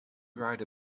write